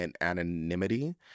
anonymity